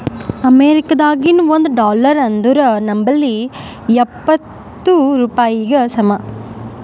ಅಮೇರಿಕಾದಾಗಿನ ಒಂದ್ ಡಾಲರ್ ಅಂದುರ್ ನಂಬಲ್ಲಿ ಎಂಬತ್ತ್ ರೂಪಾಯಿಗಿ ಸಮ